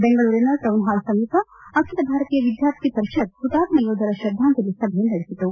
ಬೆಂಗಳೂರಿನ ಟೌನ್ಹಾಲ್ ಸಮೀಪ ಅಖಿಲ ಭಾರತೀಯ ವಿದ್ಯಾರ್ಥಿ ಪರಿಷತ್ ಹುತಾತ್ಮ ಯೋಧರ ಶೃದ್ಧಾಂಜಲಿ ಸಭೆ ನಡೆಸಿತು